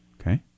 Okay